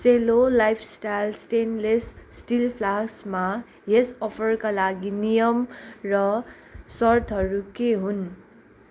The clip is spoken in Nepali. सेलो लाइफस्टाइल स्टेनलेस स्टिल फ्लास्कमा यस अफरका लागि नियम र सर्तहरू के हुन्